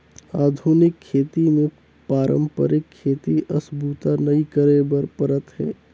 आधुनिक खेती मे पारंपरिक खेती अस बूता नइ करे बर परत हे